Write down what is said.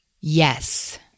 Yes